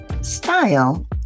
style